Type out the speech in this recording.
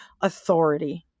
authority